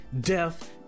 death